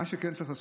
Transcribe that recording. מה שכן צריך לעשות.